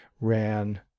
ran